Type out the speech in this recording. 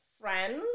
friends